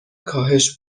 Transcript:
کاهش